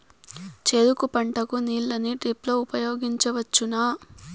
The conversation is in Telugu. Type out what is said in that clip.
చెరుకు పంట కు నీళ్ళని డ్రిప్ లో ఉపయోగించువచ్చునా?